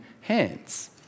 hands